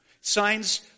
Signs